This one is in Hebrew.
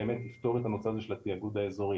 באמת את העניין הזה של התאגוד האזורי.